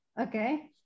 Okay